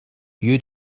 you